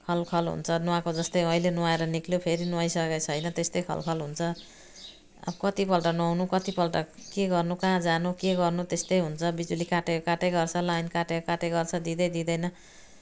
खल खल हुन्छ नुहाएको जस्तै अहिले नुहाएर निस्क्यो फेरि नुहाइसकेको छैन त्यस्तै खल खल हुन्छ अब कति पल्ट नुहाउनु कति पल्ट के गर्नु कहाँ जानु के गर्नु त्यस्तै हुन्छ बिजुली काटेको काटेकै गर्छ लाइन काटेको काटेकै गर्छ दिँदै दिँदैन